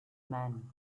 man